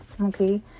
okay